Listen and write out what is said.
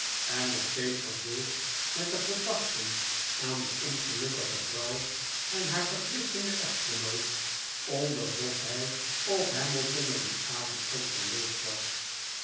en nog steeds vervuld met de gedachte aan de ongelukkige vrouw en haar verkwistenden echtgenoot onderzocht hij of hamilton er dien avond ook geweest was